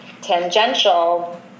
tangential